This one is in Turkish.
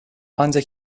ancak